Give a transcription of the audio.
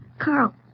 Carl